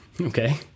Okay